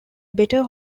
better